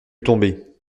tomber